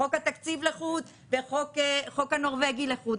חוק התקציב לחוד והחוק הנורבגי לחוד.